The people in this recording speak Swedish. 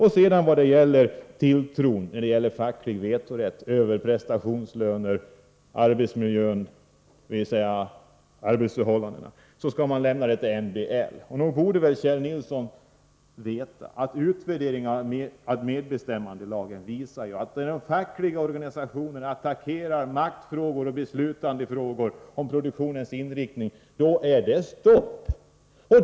Så några ord när det gäller tilltron till facklig vetorätt mot prestationslöner och när det gäller arbetsmiljön, dvs. arbetsförhållandena. Kjell Nilsson säger att man skall överlämna den saken till MBL-förhandlingar. Utvärderingen av medbestämmandelagen visar — det borde Kjell Nilsson veta — att när de fackliga organisationerna attackerar maktfrågor och frågor om produktionsinriktning är det stopp.